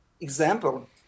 example